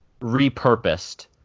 repurposed